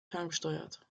ferngesteuert